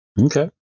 okay